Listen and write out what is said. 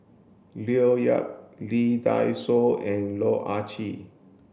Leo Yip Lee Dai Soh and Loh Ah Chee